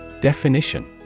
Definition